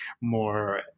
more